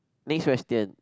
next question